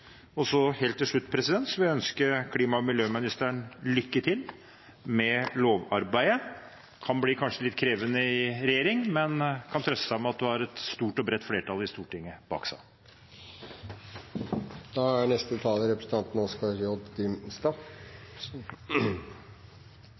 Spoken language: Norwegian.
like. Så vil også Arbeiderpartiet stemme subsidiært for Venstres forslag til alternativ III. Helt til slutt vil jeg ønske klima- og miljøministeren lykke til med lovarbeidet. Det kan kanskje bli litt krevende i regjering, men jeg kan trøste henne med at hun har et stort og bredt flertall i Stortinget bak seg. Vi som